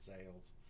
sales